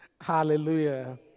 Hallelujah